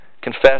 Confess